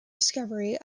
discovery